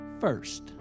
first